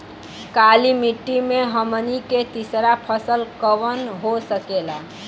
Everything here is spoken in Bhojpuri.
काली मिट्टी में हमनी के तीसरा फसल कवन हो सकेला?